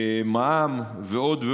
מע"מ ועוד,